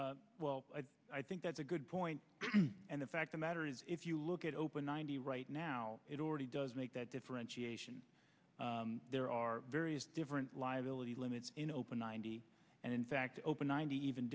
seas well i think that's a good point and in fact the matter is if you look at open ninety right now it already does make that differentiation there are various different liability limits in open ninety and in fact open ninety even